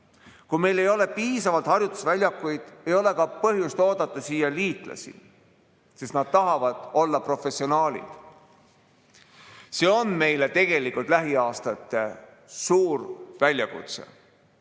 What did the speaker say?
Kui meil ei ole piisavalt harjutusväljakuid, ei ole meil ka põhjust oodata siia liitlasi, sest nad tahavad olla professionaalid. See on meile tegelikult lähiaastate suur väljakutse.